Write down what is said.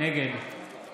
נגד